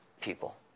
people